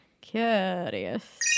Curious